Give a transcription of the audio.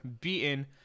beaten